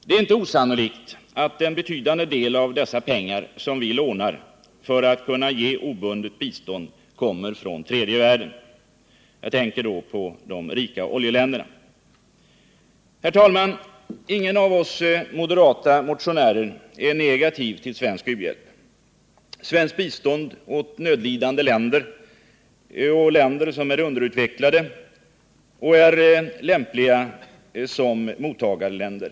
Det är inte osannolikt att en betydande del av dessa pengar som vi lånar för att ge obundet bistånd kommer från tredje världen. Jag tänker då på de rika oljeländerna. Herr talman! Ingen av oss moderata motionärer är negativ till svensk u-hjälp eller till bistånd åt nödlidande länder och länder som är underutveck lade och lämpliga som mottagarländer.